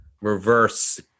reverse